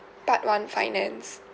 part one finance